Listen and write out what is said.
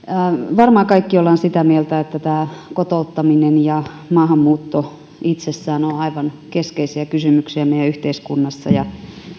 varmaan kaikki olemme sitä mieltä että tämä kotouttaminen ja maahanmuutto itsessään ovat aivan keskeisiä kysymyksiä meidän yhteiskunnassamme ja